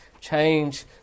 change